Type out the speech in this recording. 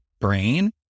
brain